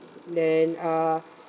then uh